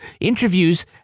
interviews